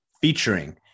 featuring